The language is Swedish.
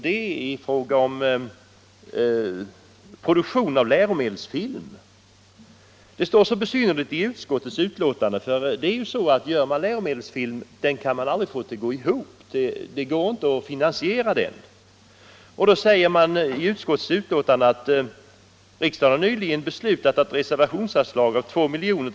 Det gäller produktionen av läromedelsfilm. Det står så besynnerligt i utskottets betänkande. Produktion av läromedelsfilm kan man aldrig få att gå ihop. Då säger man i utskottets betänkande: ”Riksdagen har nyligen -—-- beslutat om ett reservationsanslag av 2 000 000 kr.